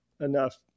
enough